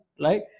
right